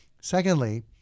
Secondly